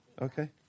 Okay